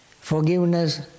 Forgiveness